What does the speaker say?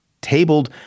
tabled